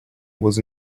was